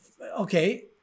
okay